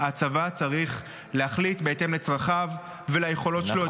-- להחליט בהתאם לצרכיו וליכולות שלו -- נכון.